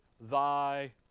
thy